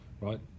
right